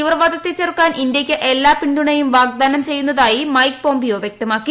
തീവ്രവാദത്തെ ചെറുക്കാൻ ഇന്ത്യയ്ക്ക് എല്ലാ പിന്തുണയും വാഗ്ദാനം ചെയ്യുന്നതായി മൈക്ക് പോംപിയോ വ്യക്തമാക്കി